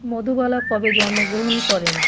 মধুবালা কবে জন্মগ্রহণ করেন